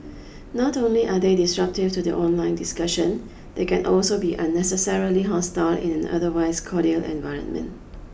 not only are they disruptive to the online discussion they can also be unnecessarily hostile in an otherwise cordial environment